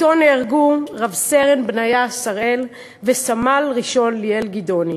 אתו נהרגו רב-סרן בניה שראל וסמל-ראשון ליאל גדעוני.